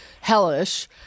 hellish